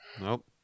Nope